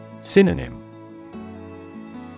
Synonym